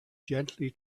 gently